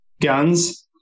guns